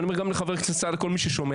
ואני אומר גם לחבר הכנסת סעדה וכל מי ששומע,